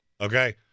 okay